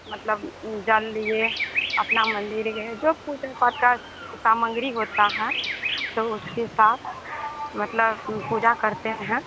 मतलब जल लिए अपना मंदिर गए जो पूजा पाठ का सामग्री होता है तो उसके साथ मतलब पूजा करते हैं